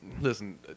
listen